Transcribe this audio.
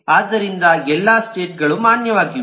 ಆದ್ದರಿಂದ ಎಲ್ಲಾ ಸ್ಟೇಟ್ ಗಳು ಮಾನ್ಯವಾಗಿವೆ